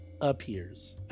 appears